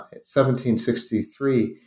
1763